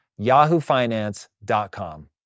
yahoofinance.com